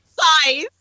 size